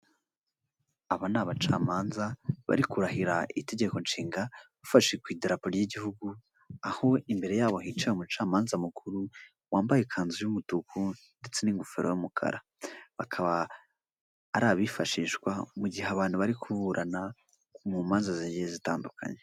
Aba ni abacamanza bari kurahira itegeko nshinga bafashe ku idarapo ry'igihugu, aho imbere hicaye umucamanza mukuru wambaye ikanzu y'umutuku ndetse n'ingofero y'umukara. Bakaba ari abifashishwa mu gihe abantu bari kuburana mu manza zigiye zitandukanye.